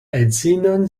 edzinon